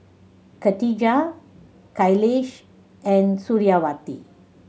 Khadija Khalish and Suriawati